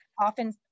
Often